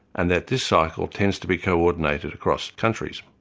and that this cycle tends to be co-ordinated across countries.